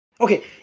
Okay